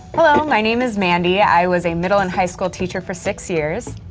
hello, my name is mandie. i was a middle and high school teacher for six years.